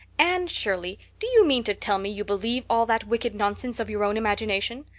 anne shirley, do you mean to tell me you believe all that wicked nonsense of your own imagination?